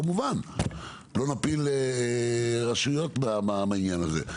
כמובן לא נפיל רשויות בעניין הזה,